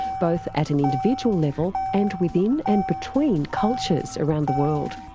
both at an individual level and within and between cultures around the world.